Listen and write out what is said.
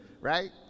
right